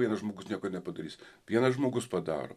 vienas žmogus nieko nepadarys vienas žmogus padaro